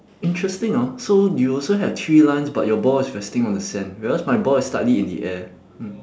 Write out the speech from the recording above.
interesting ah so you also have three lines but your ball is resting on the sand whereas my ball is slightly in the air